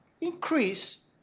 increase